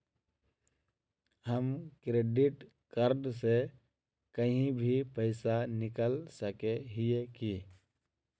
हम credit card से कहीं भी पैसा निकल सके हिये की?